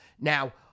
Now